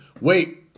Wait